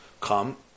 come